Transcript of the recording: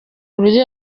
buryo